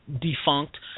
defunct